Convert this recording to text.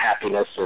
happiness